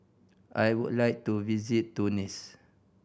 I would like to visit Tunis